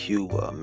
Cuba